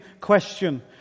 question